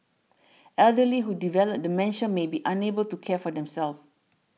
elderly who develop dementia may be unable to care for themselves